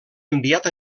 enviat